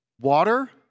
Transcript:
water